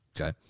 Okay